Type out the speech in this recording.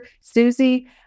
Susie